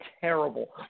terrible